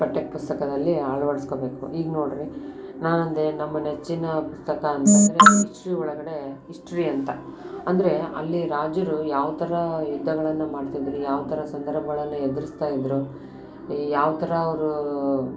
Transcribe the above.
ಪಠ್ಯ ಪುಸ್ತಕದಲ್ಲಿ ಅಳವಡ್ಸ್ಕೋಬೇಕು ಈಗ ನೋಡಿರಿ ನಾನು ಅಂದ್ರೆ ನಮ್ಮ ನೆಚ್ಚಿನ ಪುಸ್ತಕ ಹಿಸ್ಟ್ರಿ ಒಳಗಡೆ ಇಸ್ಟ್ರಿ ಅಂತ ಅಂದರೆ ಅಲ್ಲಿ ರಾಜರು ಯಾವ ಥರ ಯುದ್ಧಗಳನ್ನು ಮಾಡ್ತಿದ್ದರು ಯಾವ ಥರ ಸಂದರ್ಭಗಳನ್ನು ಎದ್ರಿಸ್ತಾಯಿದ್ರು ಯಾವ ಥರ ಅವ್ರು